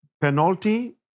Penalty